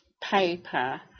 paper